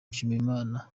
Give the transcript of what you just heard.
nshimiyimana